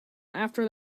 after